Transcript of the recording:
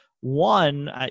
one